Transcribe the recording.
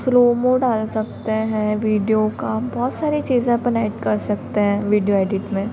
slow mo डाल सकते हैं वीडियो का बहुत सारी चीज़ें अपन ऐड कर सकते हैं वीडियो एडिट में